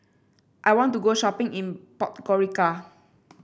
I want to go shopping in Podgorica